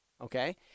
Okay